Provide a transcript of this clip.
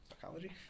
psychology